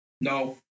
No